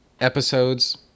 episodes